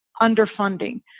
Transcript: underfunding